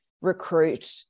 recruit